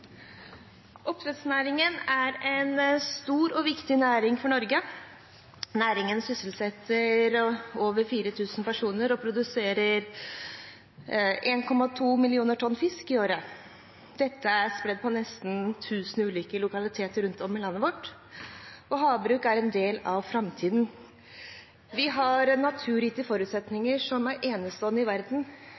Oppdrettsnæringen er en stor og viktig næring for Norge. Næringen sysselsetter over 4 000 personer og produserer 1,2 millioner tonn fisk i året. Dette er spredt på nesten 1 000 ulike lokaliteter rundt om i landet vårt. Havbruk er en del av framtiden. Vi har naturgitte forutsetninger som er enestående i verden.